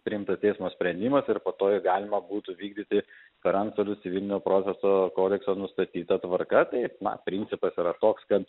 priimtas teismo sprendimas ir po to jį galima būtų vykdyti per antstolius civilinio proceso kodekso nustatyta tvarka taip na principas yra toks kad